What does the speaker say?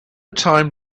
time